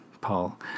Paul